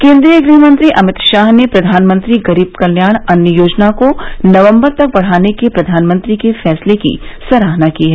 केन्द्रीय गृह मंत्री अमित शाह ने प्रधानमंत्री गरीब कल्याण अन्न योजना को नवंबर तक बढाने के प्रधानमंत्री के फैसले की सराहना की है